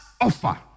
offer